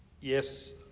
yes